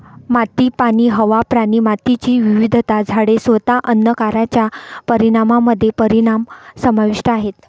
माती, पाणी, हवा, प्राणी, मातीची विविधता, झाडे, स्वतः अन्न कारच्या परिणामामध्ये परिणाम समाविष्ट आहेत